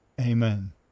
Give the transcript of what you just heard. amen